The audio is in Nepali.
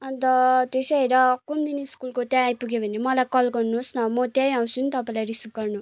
अन्त तेर्सै आएर कुमुदिनी स्कुलको त्यहाँ आइपुग्यो भने मलाई कल गर्नुहोस् न म त्यही आउँछु नि तपाईँलाई रिसिभ गर्नु